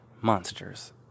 monsters